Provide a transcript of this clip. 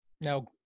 now